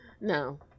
No